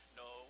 no